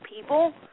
people